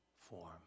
form